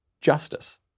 justice